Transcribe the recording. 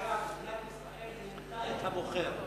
יש בעיה, מדינת ישראל מינתה את המוכר.